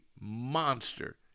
monster